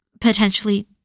potentially